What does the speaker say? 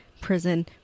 prison